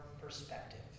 perspective